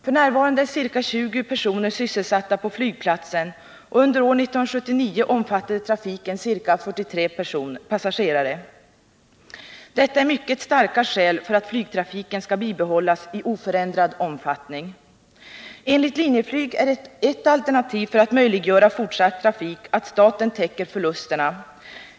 F.n. är ca 20 personer sysselsatta på flygplatsen, och under år 1979 omfattade trafiken ca 43 000 passagerare. Detta är mycket starka skäl för att flygtrafiken skall bibehållas i oförändrad omfattning. Enligt Linjeflyg är ett alternativ för att möjliggöra fortsatt trafik att staten täcker förlusterna.